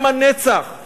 עם הנצח,